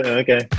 okay